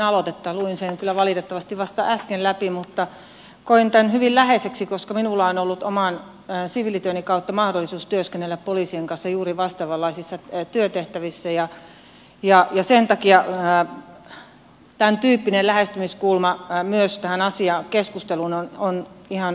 luin sen kyllä valitettavasti vasta äsken läpi mutta koin tämän hyvin läheiseksi koska minulla on ollut oman siviilityöni kautta mahdollisuus työskennellä poliisien kanssa juuri vastaavanlaisissa työtehtävissä ja sen takia tämäntyyppinen lähestymiskulma myös tähän asian keskusteluun on oikein hyvä